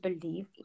believe